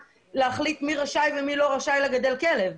להחליט מי רשאי ומי לא רשאי לגדל כלב.